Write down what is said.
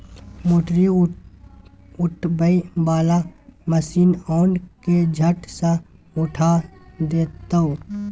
मोटरी उठबै बला मशीन आन ने झट सँ उठा देतौ